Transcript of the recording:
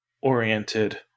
oriented